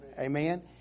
Amen